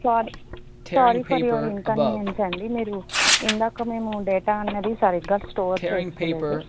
sorry sorry for your inconvenience అండీ మీరు ఇందాక మేము డేటా అనేది సరిగ్గా స్టోర్ చేసుకోలేదు